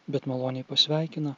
bet maloniai pasveikina